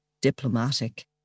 diplomatic